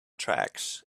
tracts